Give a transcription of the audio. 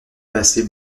passer